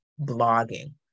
blogging